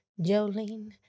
Jolene